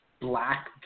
black